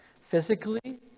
physically